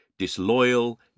disloyal